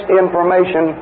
information